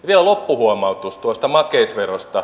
vielä loppuhuomautus tuosta makeisverosta